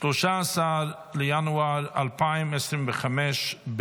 13 בינואר 2025,